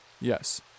yes